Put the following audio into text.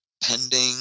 pending